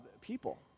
people